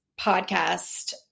podcast